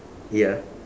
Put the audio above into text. ya